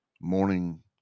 morning